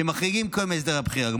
שמוחרגים כיום מהסדרי הבחירה,